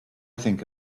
think